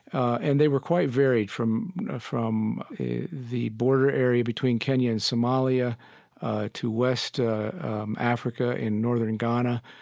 and they were quite varied, from from the border area between kenya and somalia to west africa, in northern ghana,